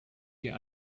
dir